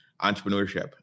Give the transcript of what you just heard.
entrepreneurship